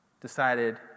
decided